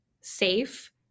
safe